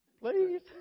Please